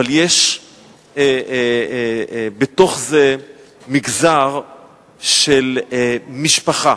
אבל יש בתוך זה מגזר של משפחה